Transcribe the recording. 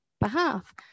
behalf